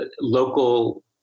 local